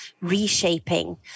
reshaping